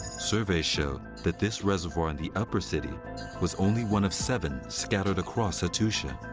surveys show that this reservoir in the upper city was only one of seven scattered across hattusha.